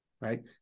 right